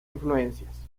influencias